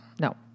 No